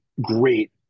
great